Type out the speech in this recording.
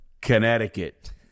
Connecticut